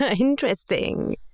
Interesting